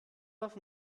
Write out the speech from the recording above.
auf